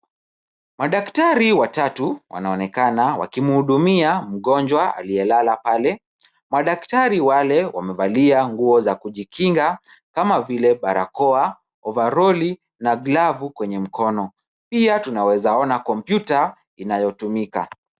Madaktari watatu wanaonekana wakimuhudumia mgonjwa aliyelala pale. Madaktari wale wamevalia nguo za kujikinga kama vile barakoa, ovaroli na glavu kwenye mkono. Pia tunaweza ona kompyuta inayotumika.